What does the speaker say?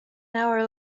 hour